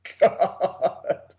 God